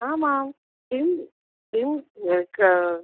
आमां किं किम् एक